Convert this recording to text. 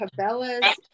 Cabela's